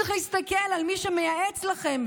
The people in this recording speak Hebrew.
צריך להסתכל על מי שמייעץ לכם,